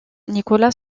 nicolas